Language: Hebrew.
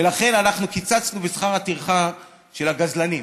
ולכן אנחנו קיצצנו בשכר הטרחה של הגזלנים.